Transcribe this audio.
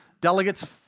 Delegates